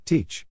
Teach